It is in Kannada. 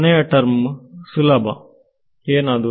ಕೊನೆಯ ಟರ್ಮ್ ಸುಲಭ ಏನದು